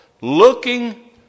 Looking